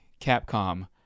Capcom